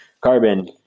carbon